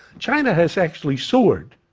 china has actually soared.